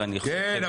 כן,